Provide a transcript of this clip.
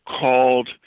called